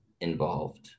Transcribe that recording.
involved